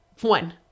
one